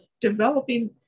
developing